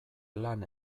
lan